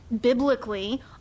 biblically